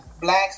Blacks